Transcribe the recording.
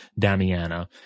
Damiana